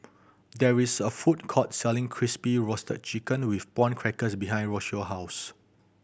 there is a food court selling Crispy Roasted Chicken with Prawn Crackers behind Rocio house